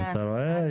אתה רואה?